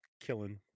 killing